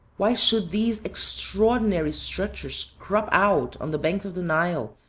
why should these extraordinary structures crop out on the banks of the nile,